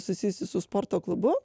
susijusi su sporto klubu